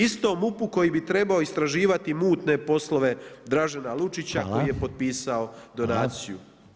Istom MUP-u koji bi trebao istraživati mutne polove Dražena Lučića koji je potpisao donaciju.